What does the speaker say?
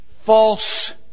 false